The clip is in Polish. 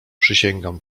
przysięgam